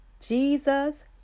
Jesus